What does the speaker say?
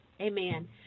amen